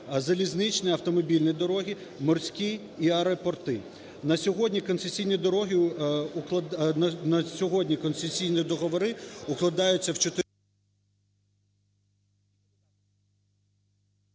залізничні, автомобільні дорогі, морські і аеропорти. На сьогодні концесійні договори укладаються в…